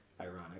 Ironic